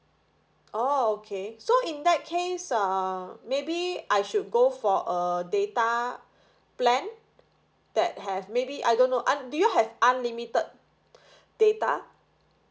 orh okay so in that case uh maybe I should go for a data plan that have maybe I don't know un~ do you have unlimited data